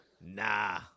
Nah